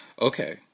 Okay